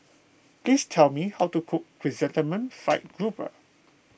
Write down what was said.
please tell me how to cook Chrysanthemum Fried Grouper